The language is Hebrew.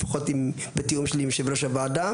לפחות בתיאום שלי עם יושב-ראש הוועדה.